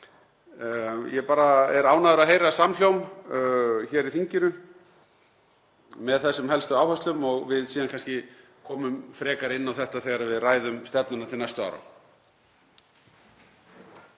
Ég er ánægður að heyra samhljóm í þinginu með þessum helstu áherslum og við komum kannski frekar inn á þetta þegar við ræðum stefnuna til næstu ára.